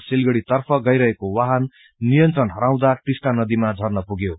सिलगड़ी तर्फ गईरहेको वाहन नियंत्रण हराउँदा टिष्टा नदीमा र्झान पुग्यो